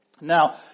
Now